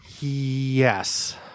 yes